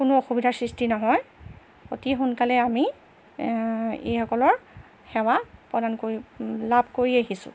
কোনো অসুবিধাৰ সৃষ্টি নহয় অতি সোনকালে আমি এইসকলৰ সেৱা প্ৰদান কৰি লাভ কৰি আহিছোঁ